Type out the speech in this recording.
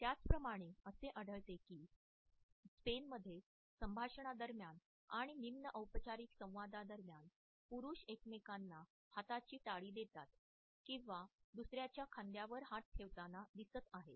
त्याचप्रमाणे असे आढळते की स्पेनमध्ये संभाषणा दरम्यान आणि निम्न औपचारिक संवादा दरम्यान पुरुष एकमेकांना हाताची टाळी देतात किंवा दुसर्याच्या खांद्यावर हात ठेवताना दिसत आहेत